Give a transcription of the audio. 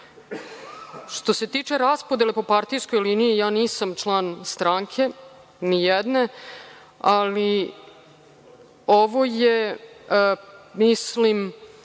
se tiče raspodele po partijskoj liniji, ja nisam član stranke nijedne, ali ovo je mislim